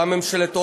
גם ממשלת אולמרט,